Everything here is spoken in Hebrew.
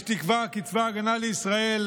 יש תקווה, כי צבא ההגנה לישראל,